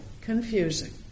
confusing